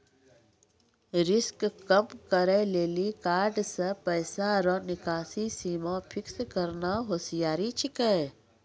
risk कम करै लेली कार्ड से पैसा रो निकासी सीमा फिक्स करना होसियारि छिकै